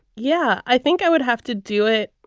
yeah, i think i would have to do it.